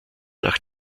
nach